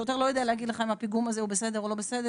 השוטר לא יכול להגיד לך האם הפיגום הזה בסדר או לא בסדר.